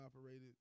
operated